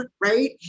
right